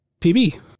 PB